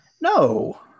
No